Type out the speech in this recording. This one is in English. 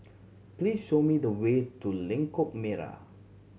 please show me the way to Lengkok Merak